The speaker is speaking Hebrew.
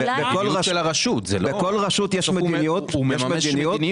לכל רשות יש מדיניות, והיא מממשת אותה.